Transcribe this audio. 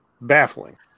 Baffling